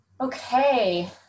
Okay